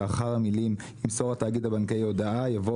לאחר המילים "ימסור התאגיד הבנקאי הודעה" יבוא